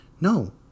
No